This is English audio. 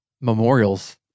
memorials